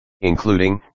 including